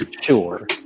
Sure